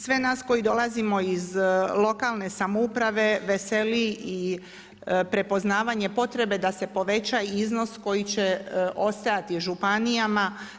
Sve nas koji dolazimo iz lokalne samouprave veseli i prepoznavanje potrebe da se poveća i iznos koji će ostajati županijama.